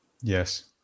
Yes